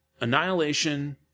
Annihilation